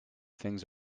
things